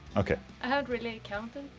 ok. i haven't really counted.